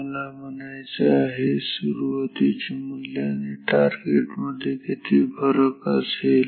मला म्हणायचं आहे सुरुवातीचे मूल्य आणि आणि टार्गेट मध्ये किती फरक असेल